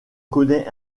connaît